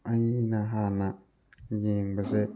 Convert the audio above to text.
ꯑꯩꯅ ꯍꯥꯟꯅ ꯌꯦꯡꯕꯁꯦ